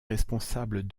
responsables